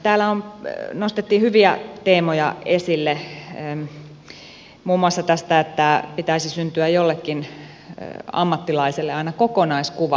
täällä nostettiin hyviä teemoja esille muun muassa tästä että pitäisi syntyä jollekin ammattilaiselle aina kokonaiskuva lapsen tilanteesta